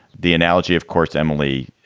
the analogy, of course, emily,